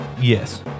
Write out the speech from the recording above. Yes